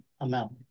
amount